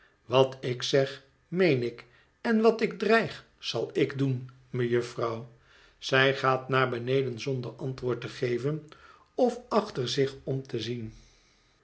wat ik zeg meen ik en wat ik dreig zal ik doen mejufvrouw zij gaat naar beneden zonder antwoord te geven of achter zich om te zien